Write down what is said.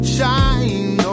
Shine